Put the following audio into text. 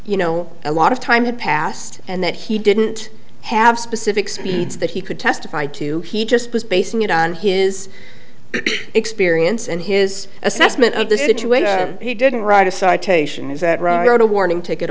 you know a lot of time had passed and that he didn't have specific speeds that he could testify to he just was basing it on his experience and his assessment of the situation he didn't write a citation is that right a warning ticket